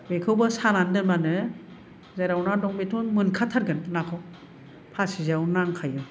बेखौबो सानानै दोनबानो जेराव ना दं बेथ' मोनखाथारगोन नाखौ फासि जेयाव नांखायो